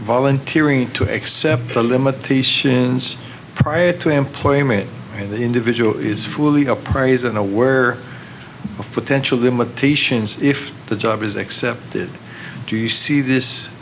volunteering to accept the limitations prior to employment and the individual is fully apprised and aware of potential dimmock patients if the job is accepted do you see this